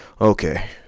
okay